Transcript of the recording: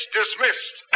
dismissed